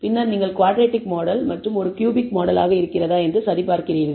பின்னர் நீங்கள் quadratic model மற்றும் ஒரு க்யூபிக் மாடலாக இருக்கிறதா என்று சரிபார்க்கிறீர்கள்